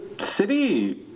city